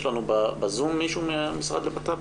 יש לנו מישהו מהמשרד ב-זום?